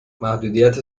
محدودیت